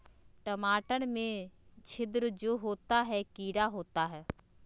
टमाटर में छिद्र जो होता है किडा होता है?